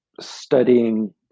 studying